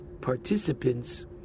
participants